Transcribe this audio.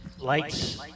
lights